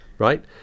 right